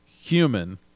human